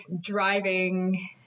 driving